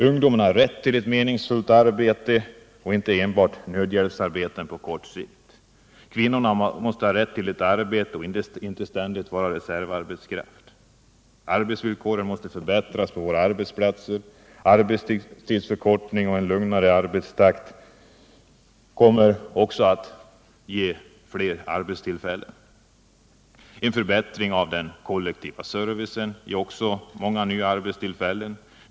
Ungdomen har rätt till ett meningsfullt arbete och inte 9 enbart nödhjälpsarbeten på kort sikt. Kvinnorna måste ha rätt till ett arbete och inte ständigt vara reservarbetskraft. Arbetsvillkoren måste förbättras på våra arbetsplatser — arbetstidsförkortning och lugnare arbetstakt skall ge fler arbetstillfällen. En förbättring av den kollektiva servicen ger också många nya arbetstillfällen.